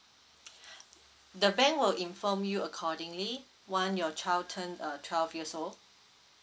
the bank will inform you accordingly one your child turn uh twelve years old